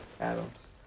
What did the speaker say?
Adams